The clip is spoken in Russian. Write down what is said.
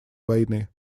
войны